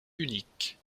unique